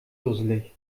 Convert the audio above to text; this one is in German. dusselig